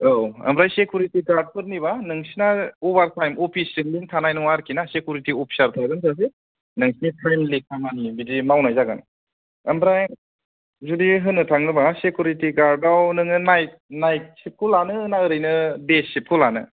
औ ओमफ्राय सिकिउरिटि गार्डफोरनिबा नोंसिना अभार थाएम अफिसजों लिंक थानाय नङा आरोखि ना नोंसिना सिकिउरिटि अफिसार थागोन सासे नोंसिनि थाएमलि खामानि बिदि मावनाय जागोन ओमफ्राय जुदि होननो थाङोबा सिकिउरिटि गार्डाव नोङो नाइ़़ट नाइट सिफ्टखौ लानो ना ओरैनो दे सिफ्टखौ लानो